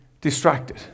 distracted